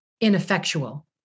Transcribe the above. ineffectual